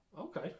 okay